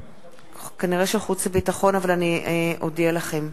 כנראה חוץ וביטחון, אבל אני אודיע לכם.